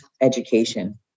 education